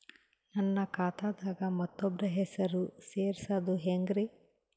ನನ್ನ ಖಾತಾ ದಾಗ ಮತ್ತೋಬ್ರ ಹೆಸರು ಸೆರಸದು ಹೆಂಗ್ರಿ?